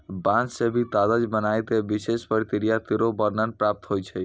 बांस सें भी कागज बनाय क विशेष प्रक्रिया केरो वर्णन प्राप्त होय छै